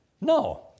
No